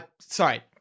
Sorry